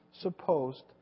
supposed